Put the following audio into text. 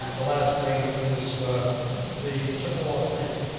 the last thing is the chippewa creek.